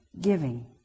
Giving